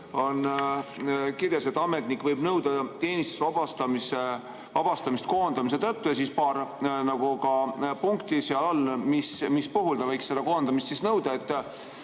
on kirjas, et ametnik võib nõuda teenistusest vabastamist koondamise tõttu, ja siis on paar punkti seal all, mis puhul ta võib koondamist nõuda.